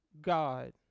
God